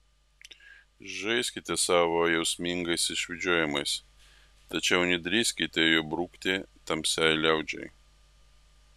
žaiskite savo jausmingais išvedžiojimais tačiau nedrįskite jų brukti tamsiai liaudžiai